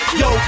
yo